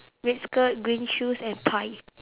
red skirt green shoes and pie